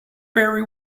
very